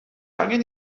angen